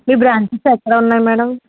మీ branches ఎక్కడ ఉన్నాయి madam